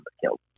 killed